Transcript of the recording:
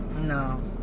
No